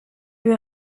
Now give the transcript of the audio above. lui